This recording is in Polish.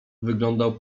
wyglądał